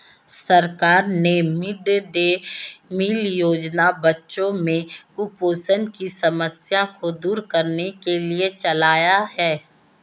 सरकार ने mid day meal योजना बच्चों में कुपोषण की समस्या को दूर करने के लिए चलाया है